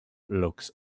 looks